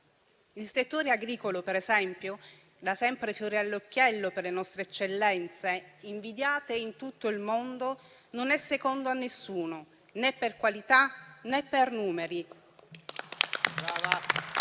Il settore agricolo, per esempio, da sempre fiore all'occhiello per le nostre eccellenze invidiate in tutto il mondo, non è secondo a nessuno né per qualità né per numeri.